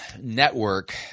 network